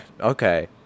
Okay